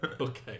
Okay